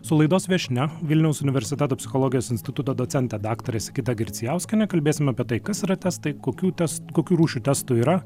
su laidos viešnia vilniaus universiteto psichologijos instituto docente daktare sigita girdzijauskiene kalbėsime apie tai kas yra testai kokių test kokių rūšių testų yra